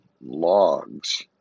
logs